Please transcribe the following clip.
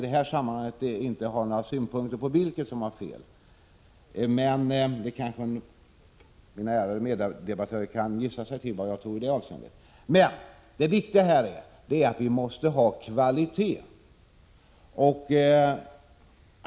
I detta sammanhang skall jag inte anlägga några synpunkter på vem som har fel. Mina ärade meddebattörer kan kanske gissa sig till vad jag tror. Det viktiga är att vi måste ha kvalitet.